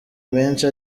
menshi